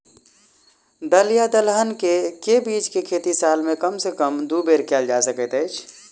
दल या दलहन केँ के बीज केँ खेती साल मे कम सँ कम दु बेर कैल जाय सकैत अछि?